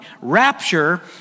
Rapture